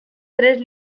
tres